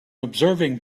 observing